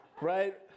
right